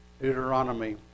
Deuteronomy